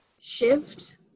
shift